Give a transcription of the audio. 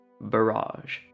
Barrage